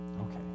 Okay